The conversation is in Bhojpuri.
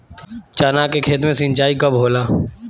चना के खेत मे सिंचाई कब होला?